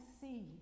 see